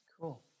Cool